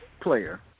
player